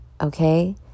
okay